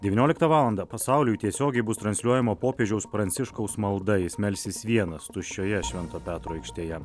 devynioliktą valandą pasauliui tiesiogiai bus transliuojama popiežiaus pranciškaus malda jis melsis vienas tuščioje švento petro aikštėje